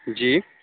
جی